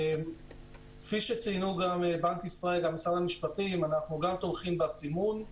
כפי שציינו גם בנק ישראל וגם משרד המשפטים גם אנחנו תומכים בסימון,